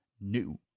new